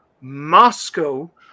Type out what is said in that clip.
Moscow